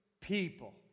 people